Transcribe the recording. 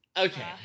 Okay